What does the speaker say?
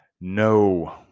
no